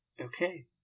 Okay